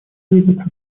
ведется